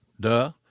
duh